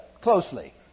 closely